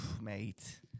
mate